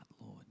Lord